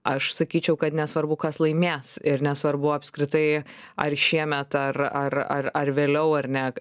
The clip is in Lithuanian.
aš sakyčiau kad nesvarbu kas laimės ir nesvarbu apskritai ar šiemet ar ar ar ar vėliau ar ne